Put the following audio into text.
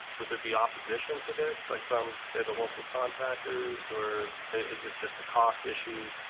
would there be opposition to this like from say the local contractors or is it just a cost issue?